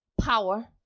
power